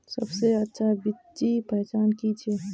सबसे अच्छा बिच्ची पहचान की छे?